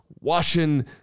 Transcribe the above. washing